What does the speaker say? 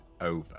Over